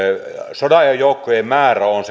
sodanajan joukkojen määrä on